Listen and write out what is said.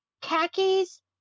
khakis